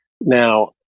now